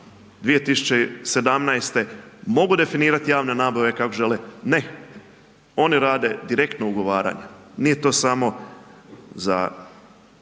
2017. mogu definirati javne nabave kako žele, ne oni rade direktno ugovaranja, nije to samo za